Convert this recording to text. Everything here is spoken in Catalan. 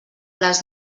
les